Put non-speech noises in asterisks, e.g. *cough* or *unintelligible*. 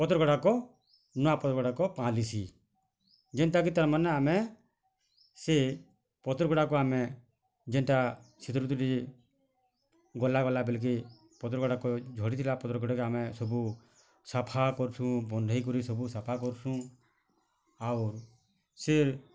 ପତ୍ରଗୁଡ଼ାକ ନା *unintelligible* ପାଲିସି ଯେନ୍ତା କି ତା'ର୍ ମାନେ ଆମେ ସେ ପତ୍ରଗୁଡ଼ାକୁ ଆମେ ଯେନ୍ତା ଶୀତ ଋତୁରେ ଗଲା ଗଲା ବେଲ୍କେ ପତ୍ରଗୁଡ଼ାକ ଝଡ଼ି ଥିଲା ପତ୍ରଗୁଡ଼ାକ ଆମେ ସବୁ ସାଫା କରୁୁଛୁଁ ବନ୍ଧେଇ କରି ସବୁ ସାଫା କରୁଛୁଁ ଆଉ ସେ